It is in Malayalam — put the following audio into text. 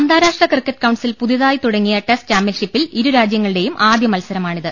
അന്താരാഷ്ട്ര ക്രിക്കറ്റ് കൌൺസിൽ പുതുതായി തുടങ്ങിയ ടെസ്റ്റ് ചാമ്പ്യൻഷിപ്പിൽ ഇരു രാജ്യങ്ങളുടെയും ആദ്യ മത്സരമാ ണിത്